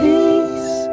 Peace